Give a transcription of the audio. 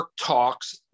talks